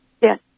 Yes